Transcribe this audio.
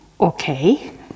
okay